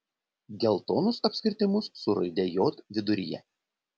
geltonus apskritimus su raide j viduryje